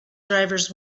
drivers